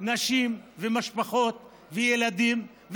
נשים ומשפחות וילדים,